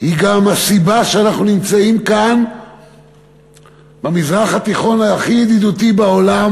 היא גם הסיבה שאנחנו נמצאים כאן במזרח התיכון הכי ידידותי בעולם,